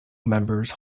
members